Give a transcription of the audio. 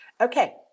Okay